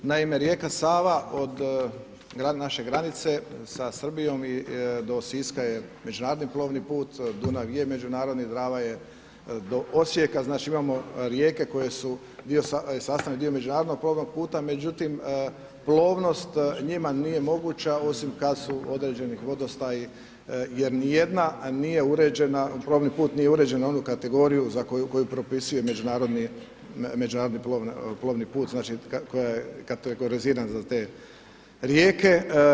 Naime, rijeka Sava od naše granice sa Srbijom i do Siska je međunarodni plovni put, Dunav je međunarodni, Drava je do Osijeka, znači imamo rijeke koje su sastavni dio međunarodnog plovnog puta, međutim plovnost njima nije moguća osim kada su određeni vodostaji jer nijedna nije uređena plovni put nije uređen u onu kategoriju za koju propisuje međunarodni plovni put, znači koja je kategorizirana za te rijeke.